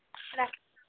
রাখ